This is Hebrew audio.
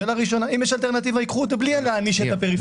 אם יש אלטרנטיבה ייקחו אותה בלי להעניש את הפריפריה.